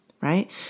right